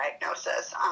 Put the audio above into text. diagnosis